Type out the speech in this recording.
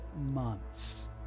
months